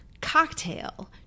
cocktail